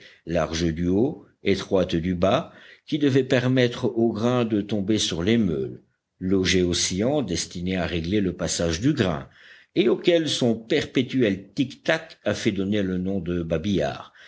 large du haut étroite du bas qui devait permettre aux grains de tomber sur les meules l'auget oscillant destiné à régler le passage du grain et auquel son perpétuel tic-tac a fait donner le nom de babillard